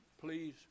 please